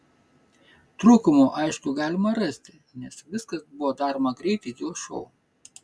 trūkumų aišku galima rasti nes viskas buvo daroma greitai dėl šou